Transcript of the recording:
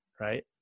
right